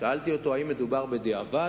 שאלתי אותו: האם מדובר בדיעבד?